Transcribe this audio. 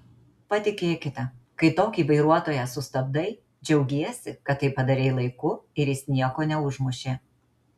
patikėkite kai tokį vairuotoją sustabdai džiaugiesi kad tai padarei laiku ir jis nieko neužmušė